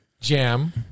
Jam